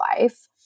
life